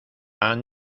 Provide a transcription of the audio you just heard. han